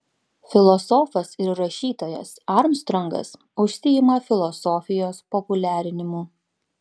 filosofas ir rašytojas armstrongas užsiima filosofijos populiarinimu